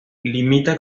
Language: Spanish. limita